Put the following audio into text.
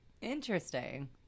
interesting